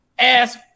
Ass